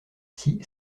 sea